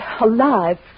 alive